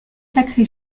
sacré